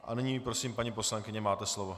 A nyní prosím, paní poslankyně, máte slovo.